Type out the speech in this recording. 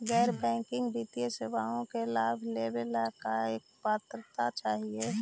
गैर बैंकिंग वित्तीय सेवाओं के लाभ लेवेला का पात्रता चाही?